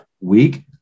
week